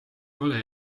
ole